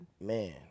man